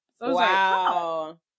Wow